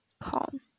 calm